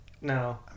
No